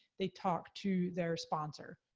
they talk to their sponsor.